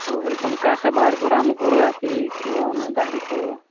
ହଉ ହେଲା ତୁମ କାର୍ଟା ବାହାର କର ଆମ ଘରେ ଆସିକି କୁହ ଆମେ ବାହାରି କି ପଳାଇବା